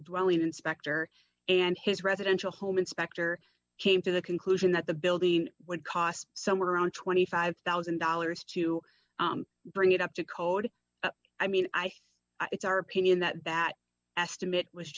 dwelling inspector and his residential home inspector came to the conclusion that the building would cost somewhere around twenty five thousand dollars to bring it up to code i mean i think it's our opinion that that estimate was